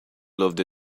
loved